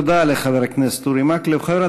תודה לחבר הכנסת אורי מקלב.